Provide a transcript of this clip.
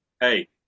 hey